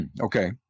okay